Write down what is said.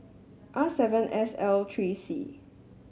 R seven S L three C